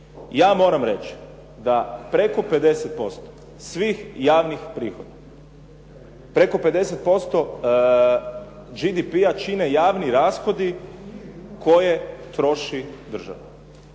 Ja moram reći da preko 50% svih javnih prihoda, preko 50% GDP-a čine javni rashodi koje troši država